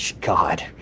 God